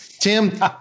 Tim